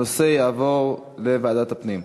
הנושא יעבור לוועדת הפנים.